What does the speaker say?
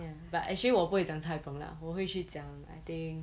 ya but actually 我不会讲 cai png lah 我会去讲 I think